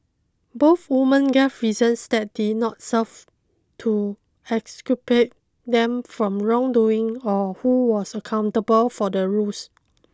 both woman gave reasons that did not serve to exculpate them from wrongdoing or who was accountable for the ruse